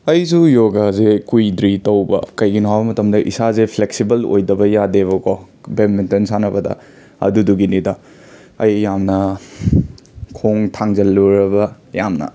ꯑꯩꯖꯨ ꯌꯣꯒꯥꯖꯦ ꯀꯨꯏꯗ꯭ꯔꯤ ꯇꯧꯕ ꯀꯩꯒꯤꯅꯣ ꯍꯥꯏꯕ ꯃꯇꯃꯗ ꯏꯁꯥꯖꯦ ꯐ꯭ꯂꯦꯛꯁꯤꯕꯜ ꯑꯣꯏꯗꯕ ꯌꯥꯗꯦꯕꯀꯣ ꯕꯦꯠꯃꯤꯟꯇꯅ ꯁꯥꯟꯅꯕꯗ ꯑꯗꯨꯗꯨꯒꯤꯅꯤꯗ ꯑꯩ ꯌꯥꯝꯅ ꯈꯣꯡ ꯊꯥꯡꯖꯜꯂꯨꯔꯕ ꯌꯥꯝꯅ